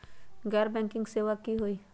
गैर बैंकिंग सेवा की होई?